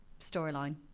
storyline